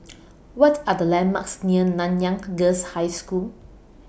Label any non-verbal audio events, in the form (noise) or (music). (noise) What Are The landmarks near Nanyang Girls' High School